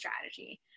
strategy